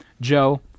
Joe